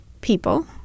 people